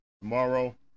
tomorrow